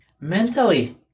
Mentally